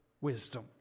wisdom